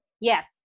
yes